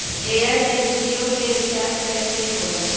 Airtel Jio के recharge कैसे होला?